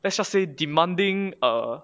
let shall say demanding err